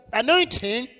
anointing